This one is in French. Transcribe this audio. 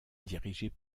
dirigées